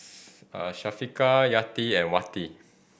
Yati and Wati